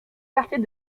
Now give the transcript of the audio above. quartier